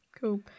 cool